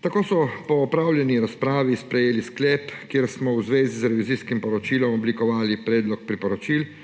Tako smo po opravljeni razpravi sprejeli sklep, kjer smo v zvezi z revizijskim poročilom oblikovali predlog priporočil,